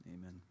Amen